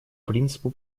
принципу